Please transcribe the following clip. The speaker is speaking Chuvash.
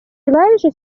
чылайӑшӗ